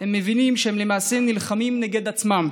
הם מבינים שהם למעשה נלחמים נגד עצמם.